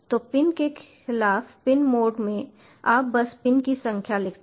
तो पिन के खिलाफ पिन मोड में आप बस पिन की संख्या लिखते हैं